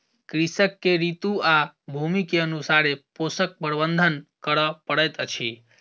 कृषक के ऋतू आ भूमि के अनुसारे पोषक प्रबंधन करअ पड़ैत अछि